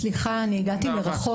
סליחה, הגעתי מרחוק.